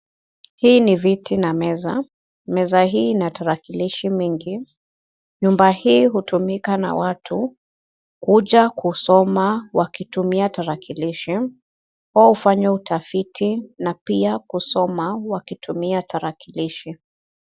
Hii ni viti na meza. Meza hii ina tarakilishi mingi, nyumba hii hutumika na watu kuja kusoma wakitumia tarakilishi, wao hufanya utafiti na pia kusoma wakitumia tarakilishi.